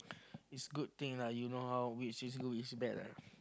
is good thing lah you know how which is good and which is bad lah